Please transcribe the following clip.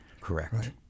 Correct